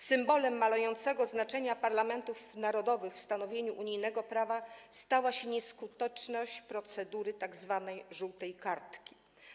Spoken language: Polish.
Symbolem malejącego znaczenia parlamentów narodowych w stanowieniu unijnego prawa stała się nieskuteczność procedury tzw. żółtej kartki.